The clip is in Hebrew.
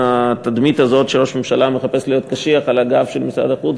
התדמית הזאת שראש ממשלה מחפש להיות קשיח על הגב של משרד החוץ,